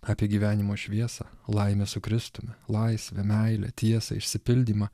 apie gyvenimo šviesą laimę su kristumi laisvę meilę tiesą išsipildymą